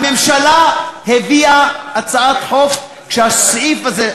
הממשלה הביאה הצעת חוק כשהסעיף הזה,